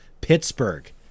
Pittsburgh